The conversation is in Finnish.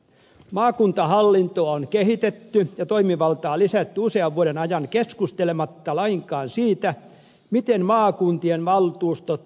maakuntahallintoa on kehitetty ja toimivaltaa lisätty usean vuoden ajan keskustelematta lainkaan siitä miten maakuntien valtuustot tulisi valita